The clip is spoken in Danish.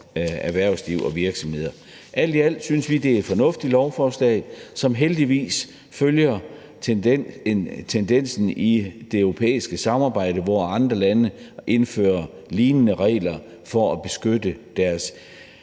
erhvervsliv og virksomheder. Alt i alt synes vi, det er et fornuftigt lovforslag, som heldigvis følger tendensen i det europæiske samarbejde, hvor andre lande indfører lignende regler for at beskytte deres